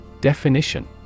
Definition